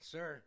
Sir